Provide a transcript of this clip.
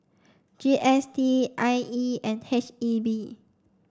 G S T I E and H E B